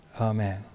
Amen